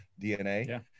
DNA